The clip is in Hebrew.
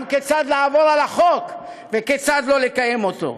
כיצד לעבור על החוק וכיצד לא לקיים אותו.